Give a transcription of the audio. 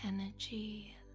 energy